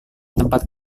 tempat